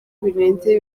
birenze